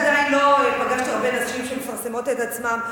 אני עדיין לא פגשתי הרבה נשים שמפרסמות את עצמן.